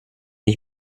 ich